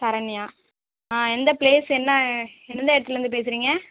சரண்யா எந்த பிளேஸ் என்ன எந்த இடத்துலேருந்து பேசுறீங்க